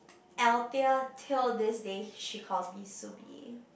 Altia till this day she calls me Subby